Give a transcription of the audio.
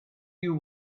you